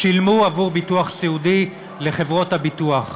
שילמו עבור ביטוח סיעודי לחברות הביטוח.